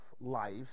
life